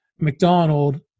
McDonald